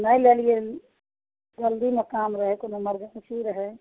नहि लेलिए जल्दीमे काम रहै कोनो इमरजेन्सी रहै